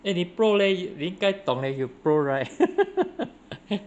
eh 你 pro leh 你应该懂 leh you pro right